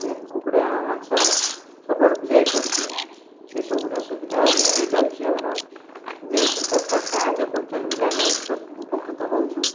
କୁକୁଡ଼ା ମାଂସ ସବୁଆଡ଼କୁ ଯାଇପାରୁଛି ସେସବୁର ସୁବିଧା ହୋଇପାରୁଛି ଆମର ଯେହେତୁ ସରକାର ସାହାଯ୍ୟ କରୁଛନ୍ତି ବୋଲି ଆମେ ଉପକୃତ ହୋଉଛ